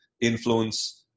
influence